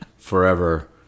Forever